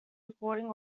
recording